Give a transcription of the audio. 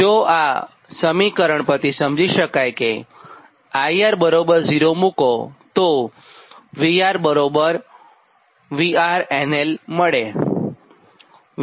જો કે આ સમીકરણ પરથી સમજી શકાય છેકે IR 0 મુકોતો VR VRNL મળે